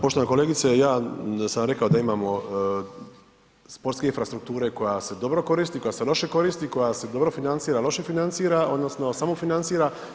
Poštovana kolegice ja sam rekao da imamo sportske infrastrukture koja se dobro koristi, koja se loše koristi, koja se dobro financira, loše financira odnosno samofinancira.